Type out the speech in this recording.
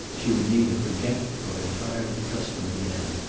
she would neither forget nor entirely trust him again.